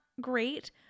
great